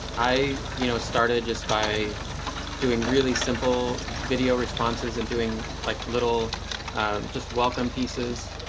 i you know started just by doing really simple video responses and doing like little just welcome pieces.